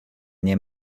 nie